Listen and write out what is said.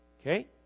Okay